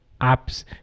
apps